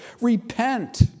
Repent